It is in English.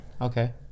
Okay